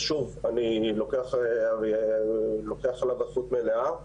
ושוב, אני לוקח עליו אחריות מלאה.